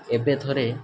ଏବେ ଥରେ